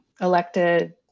elected